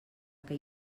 que